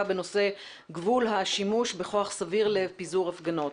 בנושא גבול השימוש בכח סביר לפיזור הפגנות.